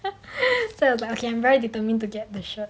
so like okay I'm very determined to get the shirt